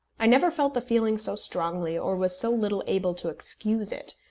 i never felt the feeling so strongly, or was so little able to excuse it,